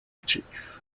chief